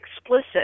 explicit